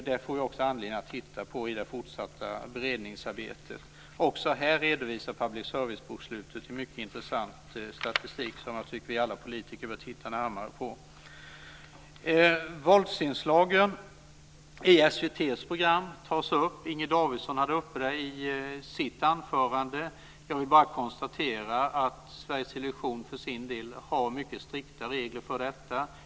Det får vi anledning att titta på i det fortsatta beredningsarbetet. Också här redovisar public servicebokslutet mycket intressant statistik som jag tycker att vi alla politiker borde titta närmare på. Davidson hade uppe det i sitt anförande. Jag vill bara konstatera att Sveriges Television för sin del har mycket strikta regler för detta.